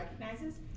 recognizes